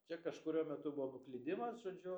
čia kažkuriuo metu buvo nuklydimas žodžiu